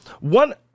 One